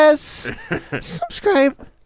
Subscribe